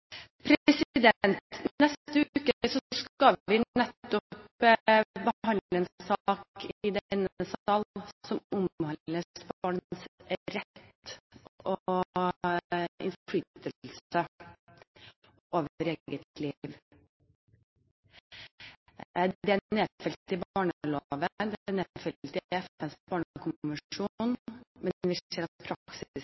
Neste uke skal vi behandle en sak i denne sal som nettopp omhandler barns rettigheter og innflytelse over eget liv. Det er nedfelt i barneloven, og det